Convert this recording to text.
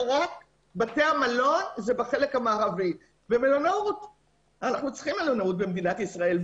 רק בתי המלון הם בחלק המערבי ואנחנו צריכים מלונאות במדינת ישראל.